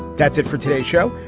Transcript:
that's it for today's show.